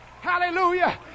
Hallelujah